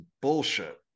bullshit